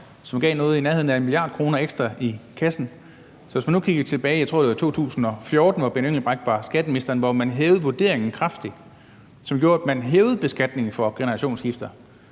som gav noget i nærheden af 1 mia. kr. ekstra i kassen. Men tilbage i, jeg tror, det var 2014, hvor Benny Engelbrecht var skatteminister, hævede man vurderingen kraftigt, og det gjorde, at man hævede beskatning for generationsskifter.